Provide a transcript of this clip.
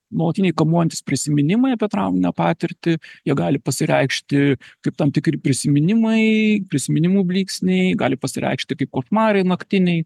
nuolatiniai kamuojantys prisiminimai apie trauminę patirtį jie gali pasireikšti kaip tam tikri prisiminimai prisiminimų blyksniai gali pasireikšti kaip košmarai naktiniai